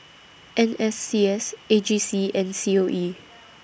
N S C S A G C and C O E